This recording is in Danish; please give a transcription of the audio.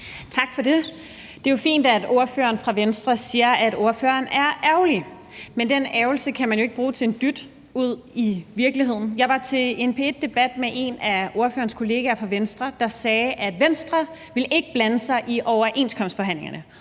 Tak for det. Det er fint, at ordføreren for Venstre siger, at ordføreren er ærgerlig, men den ærgrelse kan man jo ikke bruge til en dyt ude i virkeligheden. Jeg var til en P1-debat med en af ordførerens kollegaer fra Venstre, der sagde, at Venstre ikke ville blande sig i overenskomstforhandlingerne.